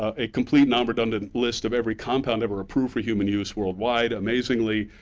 ah a complete non-redundant list of every compound ever approved for human use worldwide. amazingly,